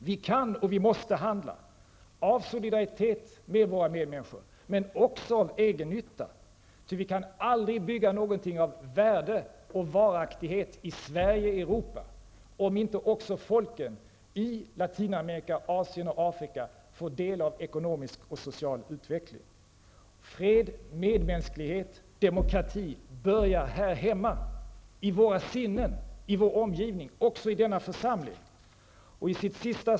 Vi kan och vi måste handla, av solidaritet med våra medmänniskor men också av egennytta, ty vi kan aldrig bygga någonting av värde och varaktighet i Sverige eller i Europa om inte också folken i Latinamerika, Asien och Afrika får del av ekonomisk och social utveckling. Fred, medmänsklighet och demokrati börjar här hemma, i våra sinnen, i vår omgivning och i denna församling.